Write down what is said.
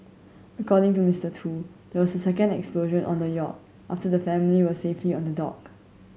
according to Mister Tu there was a second explosion on the yacht after the family were safely on the dock